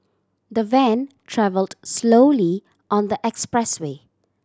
the van travelled slowly on the expressway